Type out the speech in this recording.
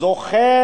זה זוכה